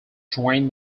joined